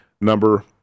number